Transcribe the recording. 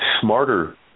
smarter